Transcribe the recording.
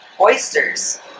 Oysters